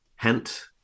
hint